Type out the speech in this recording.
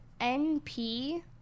NP